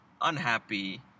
unhappy